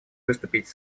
выступить